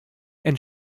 and